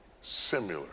similar